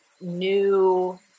new